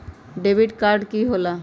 Debit card की होला?